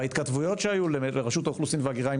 בהתכתבויות שהיו לרשות האוכלוסין וההגירה עם